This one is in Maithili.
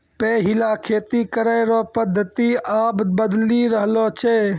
पैहिला खेती करै रो पद्धति आब बदली रहलो छै